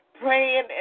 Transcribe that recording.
praying